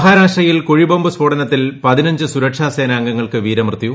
മഹാരാഷ്ട്രയിൽ കുഴിബ്ബാംബ് സ്ഫോടനത്തിൽ സുരക്ഷാ സ്നോംഗങ്ങൾക്ക് വീരമൃത്യു